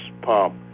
pump